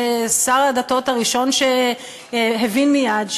ושר הדתות הוא הראשון שהבין מייד,